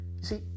See